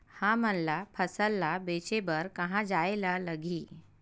हमन ला फसल ला बेचे बर कहां जाये ला लगही?